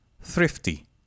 thrifty